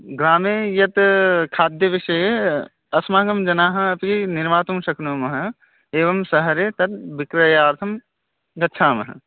ग्रामे यत् खाद्यविषये अस्माकं जनाः अपि निर्मातुं शक्नुमः एवं सहरे तद् विक्रयार्थं गच्छामः